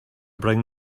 bring